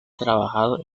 trabajado